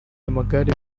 amagare